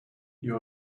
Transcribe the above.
you